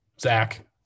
Zach